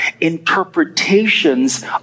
interpretations